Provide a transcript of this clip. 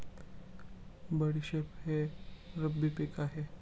बडीशेप हे रब्बी पिक आहे